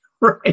right